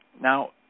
now